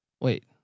Wait